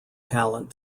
talent